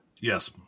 Yes